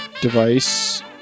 device